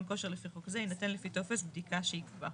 כושר לפי חוק זה יינתן לפי טופס בדיקה שיקבע".